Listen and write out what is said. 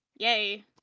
Yay